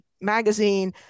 magazine